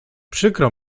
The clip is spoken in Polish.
przykro